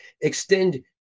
extend